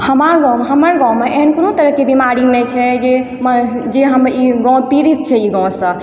हमार गाँव हमर गाँवमे एहन कोनो तरहके बिमारी नहि छै जे जे हम ई गाँव पीड़ित छै ई गाँव सभ बिमारी